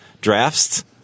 drafts